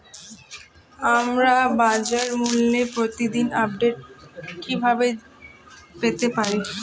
আমরা বাজারমূল্যের প্রতিদিন আপডেট কিভাবে পেতে পারি?